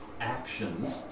actions